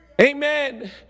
Amen